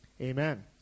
Amen